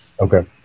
Okay